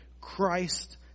Christ